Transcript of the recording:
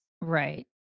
right